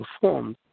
performed